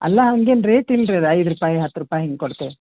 ಅಲ್ಲ ಹಂಗೇನೆ ರೇಟ್ ಇಲ್ರಿ ಅದು ಐದು ರೂಪಾಯಿ ಹತ್ತು ರೂಪಾಯಿ ಹಿಂಗೆ ಕೊಡ್ತೇವೆ